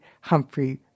Humphrey